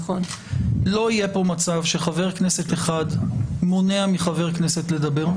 לא יהיה פה מצב שחבר כנסת אחד מונע מחבר כנסת לדבר.